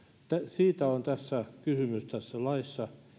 laissa on kysymys siitä että